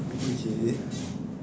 okay